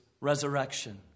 resurrection